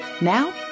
Now